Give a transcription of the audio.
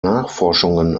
nachforschungen